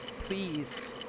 please